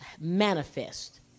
manifest